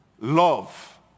love